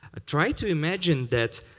ah try to imagine that,